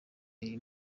iyi